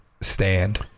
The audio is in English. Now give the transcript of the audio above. stand